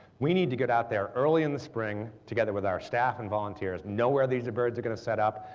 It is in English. we need to get out there early in the spring together with our staff and volunteers, know where these birds are going to set up,